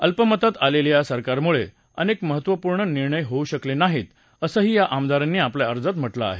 अल्पमतात आलेल्या या सरकारमुळे अनेक महत्त्वपूर्ण निर्णय होऊ शकले नाहीत असंही या आमदारांनी आपल्या अर्जात म्हटलं आहे